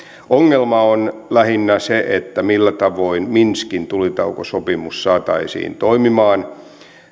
ongelma on lähinnä se millä tavoin minskin tulitaukosopimus saataisiin toimimaan